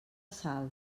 salt